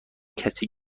کسی